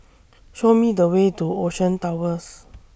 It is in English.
Show Me The Way to Ocean Towers